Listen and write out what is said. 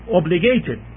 obligated